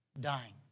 Dying